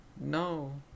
No